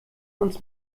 uns